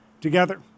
together